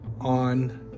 on